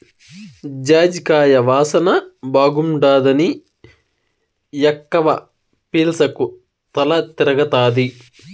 జాజికాయ వాసన బాగుండాదని ఎక్కవ పీల్సకు తల తిరగతాది